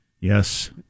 Yes